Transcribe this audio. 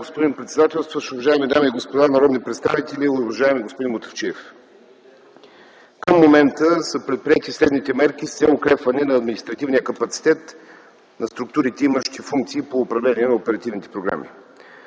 господин председателстващ, уважаеми дами и господа народни представители, уважаеми господин Мутафчиев! Към момента са предприети следните мерки с цел укрепване на административния капацитет на структурите, имащи функции по управление на оперативните програми.